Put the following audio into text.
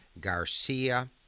Garcia